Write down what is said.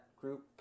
group